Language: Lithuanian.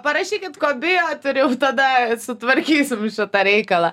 parašykit ko bijot ir jau tada sutvarkysim šitą reikalą